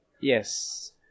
Yes